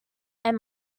and